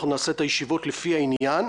אנחנו נעשה את הישיבות לפי העניין.